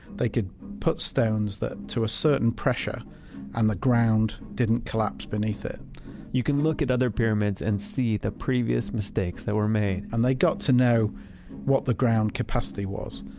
they could put stones to a certain pressure and the ground didn't collapse beneath it you can look at other pyramids and see the previous mistakes that were made and they got to know what the ground capacity was.